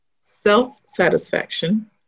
self-satisfaction